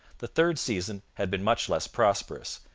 the third season had been much less prosperous,